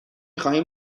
خواهیم